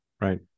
Right